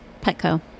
Petco